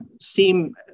seem